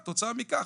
תוצאה מכך,